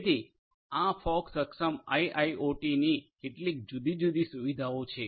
તેથી આ ફોગ સક્ષમ આઇઆઇઓટીની કેટલીક જુદી જુદી સુવિધાઓ છે